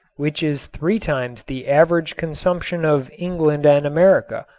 which is three times the average consumption of england and america.